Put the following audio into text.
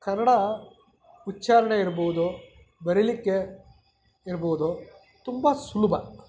ಕನ್ನಡ ಉಚ್ಚಾರಣೆ ಇರ್ಬೋದು ಬರೀಲಿಕ್ಕೆ ಇರ್ಬೋದು ತುಂಬ ಸುಲಭ